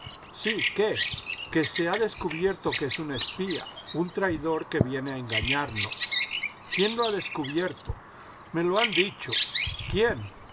sí qué que se ha descubierto que es un espía un traidor que viene a engañarnos quién lo ha descubierto i lo me lo han dicho quién